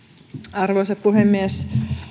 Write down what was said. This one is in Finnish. arvoisa puhemies